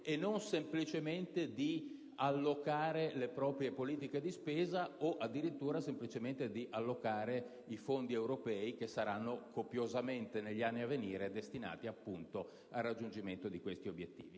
e non semplicemente volte ad allocare le proprie politiche di spesa o addirittura ad allocare i fondi europei che saranno copiosamente, negli anni a venire, destinati al raggiungimento di questi obiettivi.